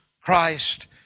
Christ